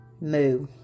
Moo